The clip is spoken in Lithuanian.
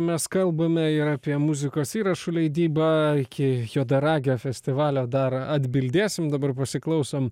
mes kalbame ir yra apie muzikos įrašų leidybą iki juodaragio festivalio dar atbildėsim dabar pasiklausom